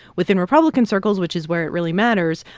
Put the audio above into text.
within republican circles, which is where it really matters,